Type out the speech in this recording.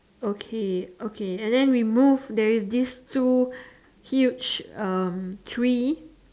okay okay and then we move there is this two huge um tree